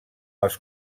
els